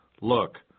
Look